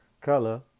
color